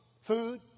food